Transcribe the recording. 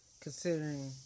considering